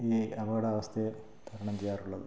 ഈ അപകടാവസ്ഥയെ തരണം ചെയ്യാറുള്ളത്